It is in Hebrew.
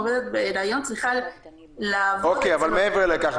עובדת בהיריון צריכה לעבוד --- אבל מעבר לכך,